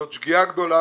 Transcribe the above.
זאת שגיאה גדולה,